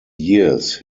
years